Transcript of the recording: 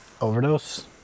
Overdose